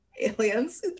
Aliens